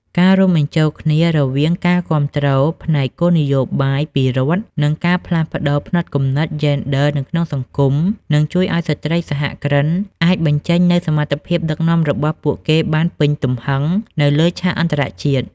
ការរួមបញ្ចូលគ្នារវាងការគាំទ្រផ្នែកគោលនយោបាយពីរដ្ឋ និងការផ្លាស់ប្តូរផ្នត់គំនិតយេនឌ័រនៅក្នុងសង្គម នឹងជួយឱ្យស្ត្រីសហគ្រិនអាចបញ្ចេញនូវសមត្ថភាពដឹកនាំរបស់ពួកគេបានពេញទំហឹងនៅលើឆាកអន្តរជាតិ។